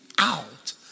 out